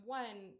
one